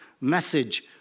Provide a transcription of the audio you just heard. message